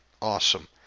Awesome